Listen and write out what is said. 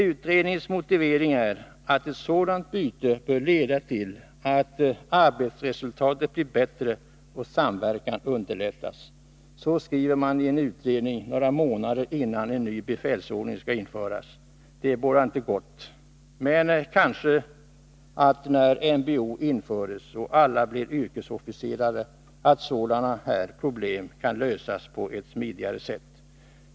Utredningens motivering är att ett sådant byte bör leda till att ”arbetsresultatet blir bättre och samverkan underlättas”. Så skriver man i en utredning några månader innan en ny befälsordning skall införas. Det bådar inte gott. Men kanske sådana här problem kan lösas på ett smidigare sätt när NBO införts och alla blir yrkesofficerare.